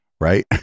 right